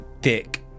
dick